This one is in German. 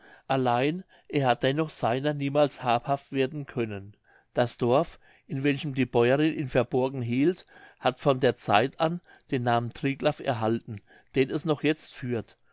allein er hat dennoch seiner niemals habhaft werden können das dorf in welchem die bäuerin ihn verborgen hielt hat von der zeit an den namen triglaf erhalten den es noch jetzt führt